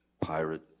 pirate